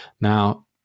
Now